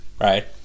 Right